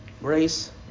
Grace